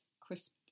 crisp